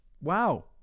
Wow